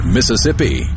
Mississippi